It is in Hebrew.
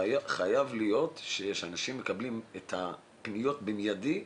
חייבים לקבל את הפניות במיידי?